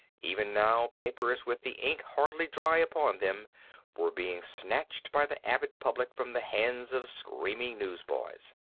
even now papers with the ink hardly dry upon them were being snatched by the avid public from the hands of screaming newsboys.